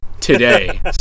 today